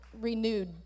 renewed